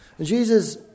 Jesus